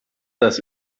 das